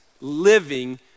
living